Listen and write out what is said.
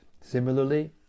Similarly